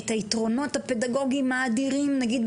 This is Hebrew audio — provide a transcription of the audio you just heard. היתרונות הפדגוגיים האדירים והתאימו את זה.